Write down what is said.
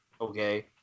okay